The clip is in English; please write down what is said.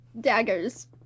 daggers